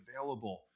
available